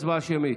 הצבעה שמית.